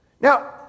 Now